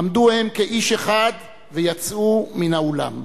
עמדו הם כאיש אחד ויצאו מן האולם.